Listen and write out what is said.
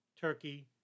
Turkey